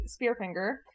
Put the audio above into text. Spearfinger